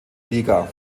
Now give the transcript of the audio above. liga